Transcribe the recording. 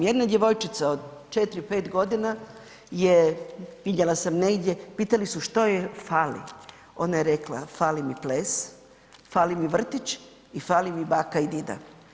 Jedna djevojčica od 4, 5 godina je vidjela sam negdje pitali su što joj fali, ona je rekla fali mi ples, fali mi vrtić i fale mi baka i dida.